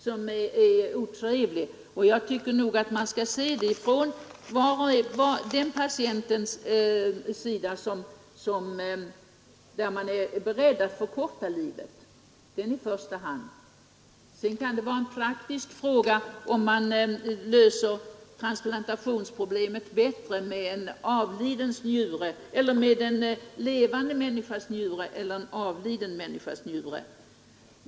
Jag anser att man i första hand skall se problemet från den patients sida, i fråga om vilken man är beredd att förkorta livet. Det är en annan fråga om man bäst löser transplantationsproblemet med en levande människas eller en avliden människas njure.